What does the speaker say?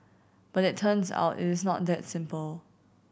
but it turns out it is not that simple